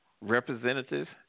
Representatives